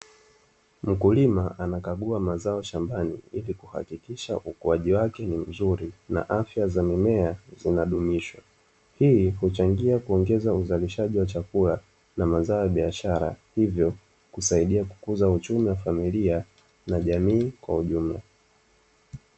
Mkulima anakagua mazao shambani ili kuhakikisha ukuaji wa mazao yanaboreshwa hii husaidia ukuaji wa kipato cha familia na jamii kwa ujumla